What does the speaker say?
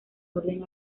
orden